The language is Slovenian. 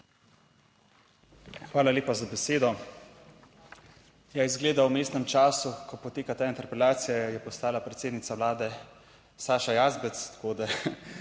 Hvala lepa za besedo. Ja, izgleda v vmesnem času, ko poteka ta interpelacija, je postala predsednica Vlade Saša Jazbec. Tako, da